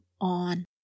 on